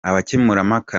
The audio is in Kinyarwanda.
abakemurampaka